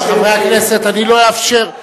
חברי הכנסת, אני לא אאפשר.